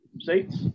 seats